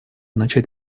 начать